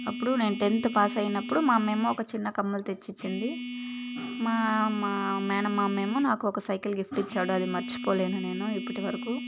అప్పుడు నేను tenth pass అయినప్పుడు మా మేము ఒక చిన్న కమ్మలు తెచ్చి ఇచ్చింది మా మేనమామేమో నాకు ఒక సైకిల్ గిఫ్ట్ ఇచ్చాడు అది మర్చిపోలేను నేను ఇప్పటివరకు